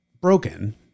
broken